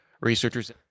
Researchers